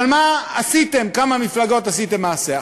אבל מה, כמה מפלגות, עשיתם מעשה.